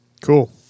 Cool